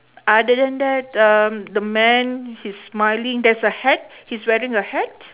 other than that um the man he's smiling there's a hat he's wearing a hat